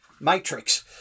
Matrix